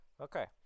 Okay